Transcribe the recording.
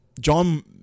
John